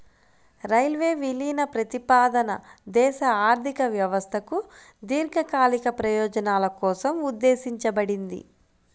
railway విలీన ప్రతిపాదన దేశ ఆర్థిక వ్యవస్థకు దీర్ఘకాలిక ప్రయోజనాల కోసం ఉద్దేశించబడింది